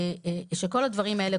שכל הדברים האלה,